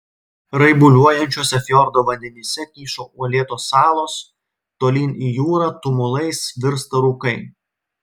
raibuliuojančiuose fjordo vandenyse kyšo uolėtos salos tolyn į jūrą tumulais virsta rūkai